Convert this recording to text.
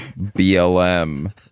BLM